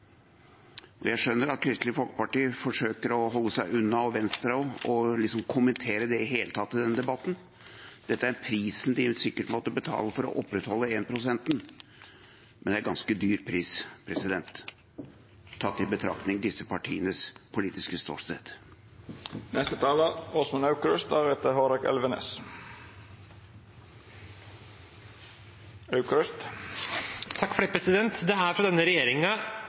Jeg skjønner at Kristelig Folkeparti forsøker å holde seg unna – Venstre også – liksom å kommentere det i det hele tatt i denne debatten. Dette er prisen de sikkert måtte betale for å opprettholde en-prosenten, men det er en ganske dyr pris, tatt i betraktning disse partienes politiske ståsted. Det er vanskelig å få tak på hva som er denne regjeringens utviklingspolitikk. Etter to år med Dag-Inge Ulstein er